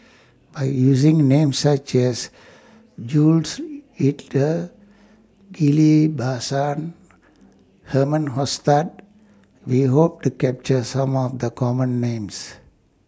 By using Names such as Jules Itier Ghillie BaSan Herman Hochstadt We Hope to capture Some of The Common Names